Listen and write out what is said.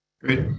Great